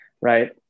Right